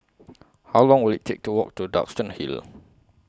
How Long Will IT Take to Walk to Duxton Hill